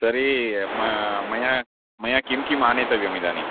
तर्हि म मया मया किं किम् आनेतव्यम् इदानीम्